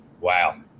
Wow